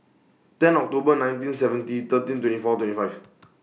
ten October nineteen seventy thirteen twenty four twenty five